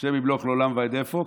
"ה' יִמְלֹךְ לְעֹלָם וָעֶד" איפה?